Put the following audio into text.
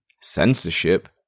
censorship